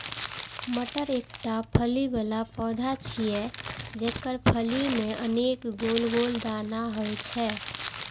मटर एकटा फली बला पौधा छियै, जेकर फली मे अनेक गोल गोल दाना होइ छै